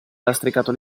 lastricato